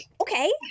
okay